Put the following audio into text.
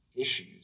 issues